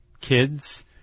kids